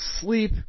sleep